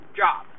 job